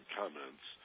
comments